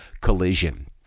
Collision